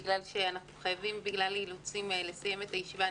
כי אנחנו חייבים בגלל אילוצים לסיים את הישיבה.